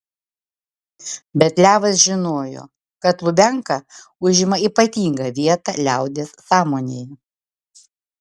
bet levas žinojo kad lubianka užima ypatingą vietą liaudies sąmonėje